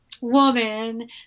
woman